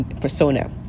persona